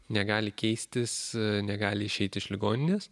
negali keistis negali išeiti iš ligoninės